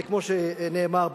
וכמו שנאמר,